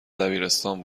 دبیرستان